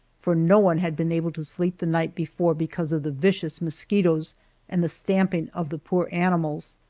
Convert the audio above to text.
for no one had been able to sleep the night before because of the vicious mosquitoes and the stamping of the poor animals.